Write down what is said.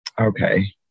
okay